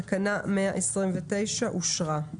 תקנה 129 עם השינויים והתיקונים אושר פה אחד.